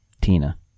Tina